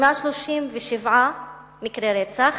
137 מקרי רצח,